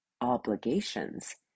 obligations